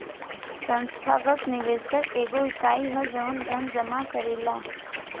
संस्थागत निवेशक एगो इकाई ह जवन धन जामा करेला